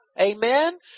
Amen